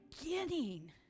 beginning